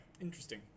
interesting